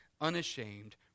unashamed